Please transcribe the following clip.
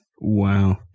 Wow